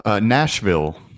Nashville